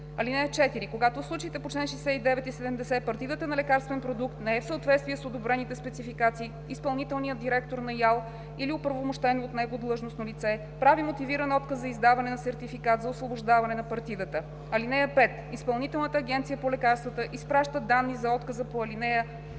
език. (4) Когато в случаите по чл. 69 и 70 партидата на лекарствен продукт не е в съответствие с одобрените спецификации, изпълнителният директор на ИАЛ или оправомощено от него длъжностно лице прави мотивиран отказ за издаване на сертификат за освобождаване на партидата. (5) Изпълнителната агенция по лекарствата изпраща данни за отказа по ал.